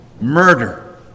murder